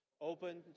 Open